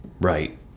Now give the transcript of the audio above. Right